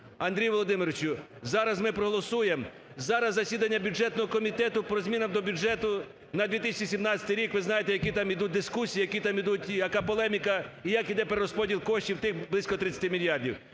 Андрію Володимировичу, зараз ми проголосуємо, зараз засідання бюджетного комітету по змінам до бюджету на 2017 рік, ви знаєте, які там ідуть дискусії, які там ідуть… яка полеміка, і як іде перерозподіл коштів тих близько 30 мільярдів.